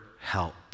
help